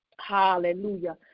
Hallelujah